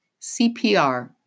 CPR